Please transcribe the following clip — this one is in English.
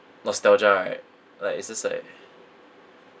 nostalgia right like it's just like